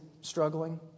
struggling